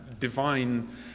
divine